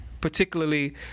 particularly